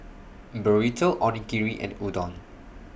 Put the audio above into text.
Burrito Onigiri and Udon